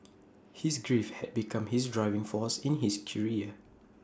his grief had become his driving force in his career